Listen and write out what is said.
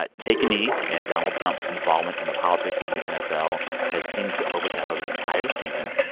but take a knee and donald trump's involvement in the politics of the nfl has seemed to overshadow the entire season.